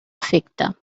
efecte